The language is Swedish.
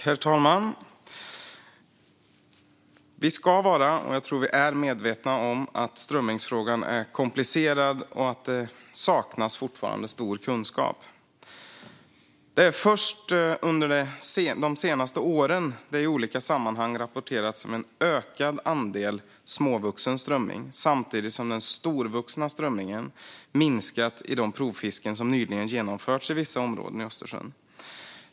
Herr talman! Vi ska vara, och jag tror att vi är, medvetna om att strömmingsfrågan är komplicerad och att det fortfarande till stor del saknas kunskap. Det är först under de senaste åren det i olika sammanhang har rapporterats om en ökad andel småvuxen strömming samtidigt som den storvuxna strömmingen minskat i de provfisken som nyligen genomförts i vissa områden i Östersjön.